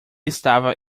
estava